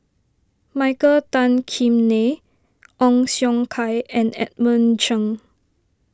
Michael Tan Kim Nei Ong Siong Kai and Edmund Cheng